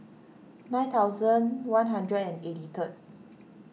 nine thousand one hundred eighty third